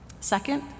Second